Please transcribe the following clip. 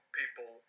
people